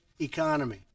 economy